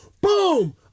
boom